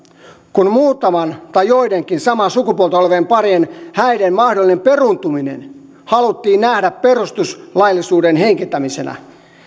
kun muutaman tai joidenkin samaa sukupuolta olevien parien häiden mahdollinen peruuntuminen haluttiin nähdä perustuslaillisuuden heikentämisenä